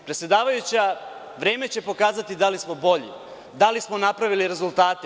Predsedavajuća, vreme će pokazati da li smo bolje, da li smo napravili rezultate.